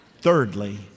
Thirdly